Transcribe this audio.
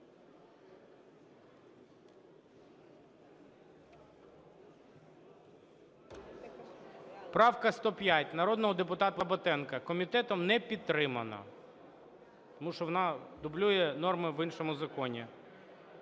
Правка 105 народного депутата Батенка комітетом не підтримана, тому що вона дублює норми в іншому законі.